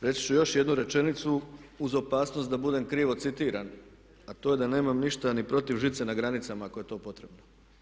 Reći ću još jednu rečenicu uz opasnost da budem krivo citiran, a to je da nemam ništa ni protiv žice na granicama ako je to potrebno.